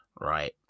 Right